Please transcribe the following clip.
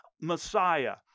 messiah